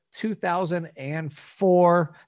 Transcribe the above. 2004